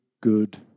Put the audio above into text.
good